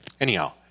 Anyhow